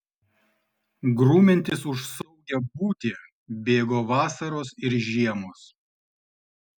grumiantis už saugią būtį bėgo vasaros ir žiemos